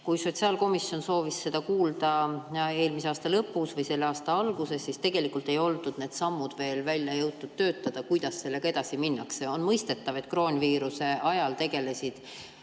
Kui sotsiaalkomisjon soovis seda kuulda eelmise aasta lõpus või selle aasta alguses, siis tegelikult ei olnud veel jõutud neid samme välja töötada, kuidas sellega edasi minnakse. On mõistetav, et kroonviiruse ajal tegelesid